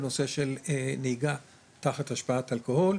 בנושא של נהיגה תחת השפעת אלכוהול,